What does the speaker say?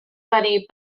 venir